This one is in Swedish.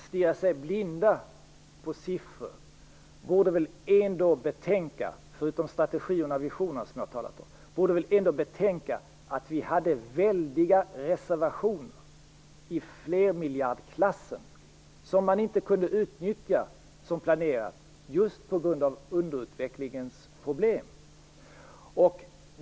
Herr talman! De som stirrar sig blinda på siffror borde väl ändå betänka, förutom de strategier och visioner som jag talat om, att vi hade väldiga reservationer i flermiljardklassen som man inte kunde utnyttja som planerat just på grund av underutvecklingens problem.